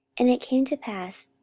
and it came to pass,